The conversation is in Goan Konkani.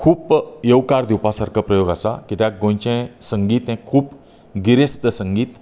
खूब येवकार दिवपा सारको प्रयोग आसा गोंयचे संगीत हे खूब गिरेस्त संगीत